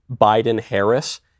Biden-Harris